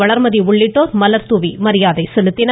வளா்மதி உள்ளிட்டோா் மலா்தூவி மரியாதை செலுத்தினா்